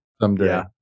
someday